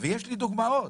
ויש לי דוגמאות,